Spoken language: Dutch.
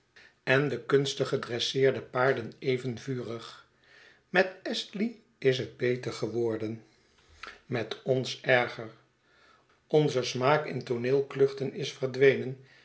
en de kunstig gedresseerde paarden i even vurig met astley is het beter geworden met ons erger onze smaak in tooneelkluchten is verdwenen